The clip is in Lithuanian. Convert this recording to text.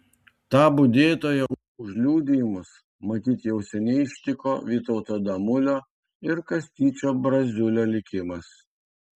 tą budėtoją už liudijimus matyt jau seniai ištiko vytauto damulio ir kastyčio braziulio likimas